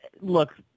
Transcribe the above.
Look